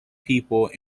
people